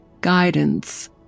guidance